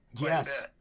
yes